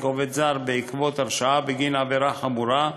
עובד זר בעקבות הרשעה בגין עבירה חמורה,